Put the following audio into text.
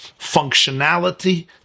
functionality